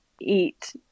eat